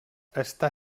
està